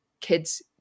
kids